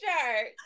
shirt